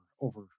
over